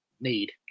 need